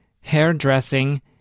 hairdressing